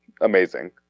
amazing